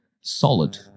solid